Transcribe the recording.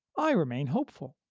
i remain hopeful.